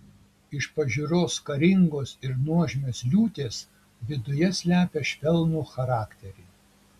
iš pažiūros karingos ir nuožmios liūtės viduje slepia švelnų charakterį